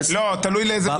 תלוי לאיזה גוף.